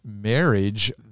marriage